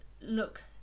look